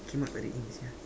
kimak tak ada ink sia